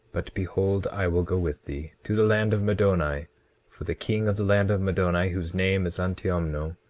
but behold, i will go with thee to the land of middoni for the king of the land of middoni, whose name is antiomno,